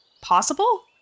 possible